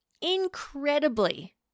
incredibly